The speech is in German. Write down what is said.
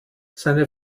seine